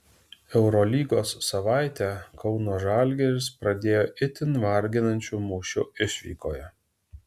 eurolygos savaitę kauno žalgiris pradėjo itin varginančiu mūšiu išvykoje